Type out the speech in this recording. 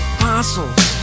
Apostles